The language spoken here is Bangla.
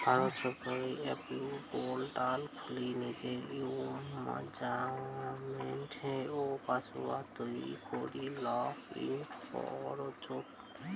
ভারত সরকারের এগ্রিপোর্টাল খুলি নিজের ইউজারনেম ও পাসওয়ার্ড তৈরী করি লগ ইন করচত